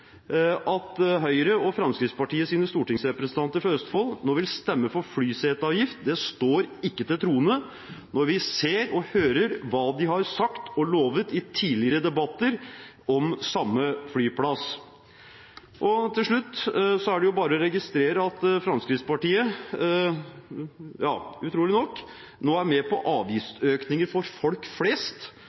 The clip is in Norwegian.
At Høyre og Fremskrittspartiets representanter fra Østfold nå vil stemme for flyseteavgift, står ikke til troende når vi ser og hører hva de har sagt og lovet i tidligere debatter om samme flyplass. Til slutt er det bare å registrere at Fremskrittspartiet – utrolig nok – er med på avgiftsøkninger for folk flest,